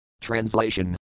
Translation